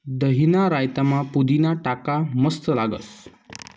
दहीना रायतामा पुदीना टाका मस्त लागस